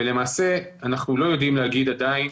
ולמעשה אנחנו לא יודעים להגיד עדיין,